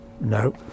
no